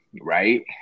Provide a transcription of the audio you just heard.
Right